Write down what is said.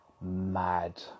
mad